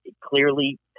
Clearly